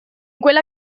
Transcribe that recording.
quella